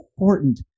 important